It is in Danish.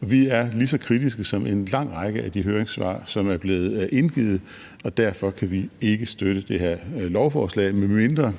Vi er lige så kritiske som en lang række af de høringssvar, der er blevet indgivet, og derfor kan vi ikke støtte det her lovforslag, medmindre